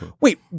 Wait